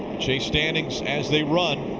chase standings as they run,